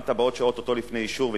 גם תב"עות שאו-טו-טו לפני אישור,